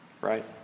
right